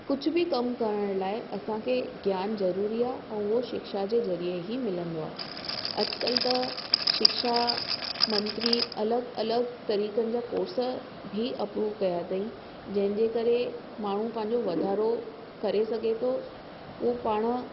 कुझु बि कमु करणु लाइ असांखे ज्ञान ज़रूरी आहे ऐं उहो शिक्षा जे ज़रिए ई मिलंदो आहे अॼुकल्ह त शिक्षा मंत्री अलॻि अलॻि तरीक़नि जा कोर्स भी अप्रूव्ह कया तईं जेंजे करे माण्हूं पांजो वाधारो करे सघे तो उ पाण